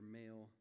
male